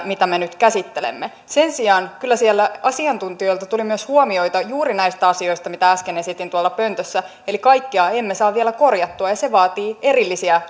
mitä me nyt käsittelemme sen sijaan kyllä siellä asiantuntijoilta tuli huomioita myös juuri näistä asioista mitä äsken esitin tuolla pöntössä eli kaikkea emme saa vielä korjattua ja se vaatii erillisiä